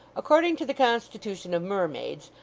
according to the constitution of mermaids,